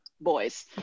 boys